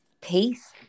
peace